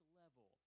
level